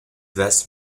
vest